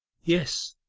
yes.